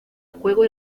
juego